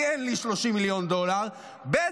כי אין לי 30 מיליון דולר, ב.